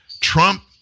Trump